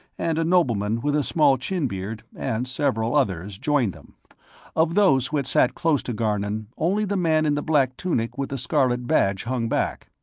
and a nobleman with a small chin-beard, and several others, joined them of those who had sat close to garnon, only the man in the black tunic with the scarlet badge hung back.